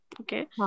Okay